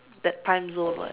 that timezone what